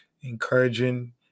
encouraging